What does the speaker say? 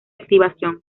activación